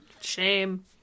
Shame